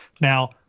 Now